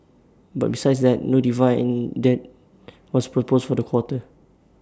but besides that no dividend was proposed for the quarter